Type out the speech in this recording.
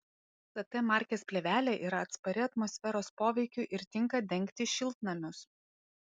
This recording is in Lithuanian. ct markės plėvelė yra atspari atmosferos poveikiui ir tinka dengti šiltnamius